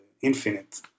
infinite